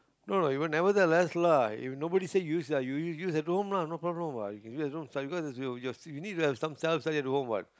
no no even nevertheless lah if nobody say use you use at home lah no problem what because you need to have some self study at home what